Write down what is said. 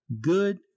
good